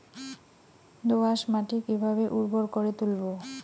দোয়াস মাটি কিভাবে উর্বর করে তুলবো?